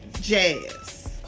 jazz